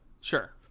Sure